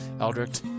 Eldritch